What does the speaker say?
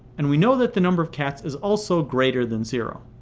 and we know that the number of cats is also greater than zero.